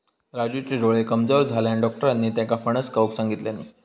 राजूचे डोळे कमजोर झाल्यानं, डाक्टरांनी त्येका फणस खाऊक सांगितल्यानी